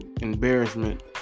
embarrassment